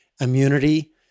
immunity